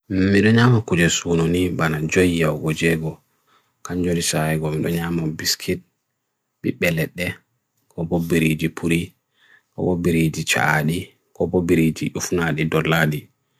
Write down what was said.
Coral reefs hokkita dabbita ha nafoore, ɓe nafoore e saare saareye ko rewele puccu ɓe.